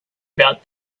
about